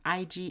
IG